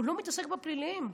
הוא לא מתעסק בפליליים.